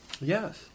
Yes